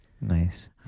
Nice